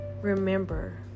Remember